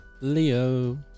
Leo